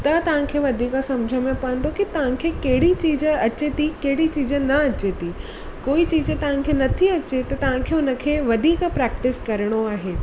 त तव्हां वधीक सम्झि में पवंदो की तव्हां कहिड़ी चीज अचे थी कहिड़ी चीज न अचे थी कोई चीज़ तव्हांखे नथी अचे त तव्हांखे हुन खे वधीक प्रैक्टिस करिणो आहे